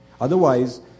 Otherwise